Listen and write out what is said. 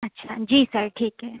अच्छा जी सर ठीक है